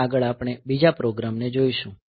હવે આગળ આપણે બીજા પ્રોગ્રામને જોઈશું